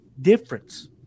difference